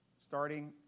starting